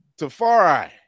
Tafari